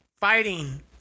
fighting